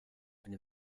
been